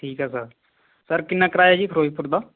ਠੀਕ ਆ sir sir ਕਿੰਨਾ ਕਿਰਾਇਆ ਜੀ ਫਿਰੋਜ਼ਪੁਰ ਦਾ